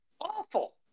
Awful